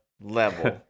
level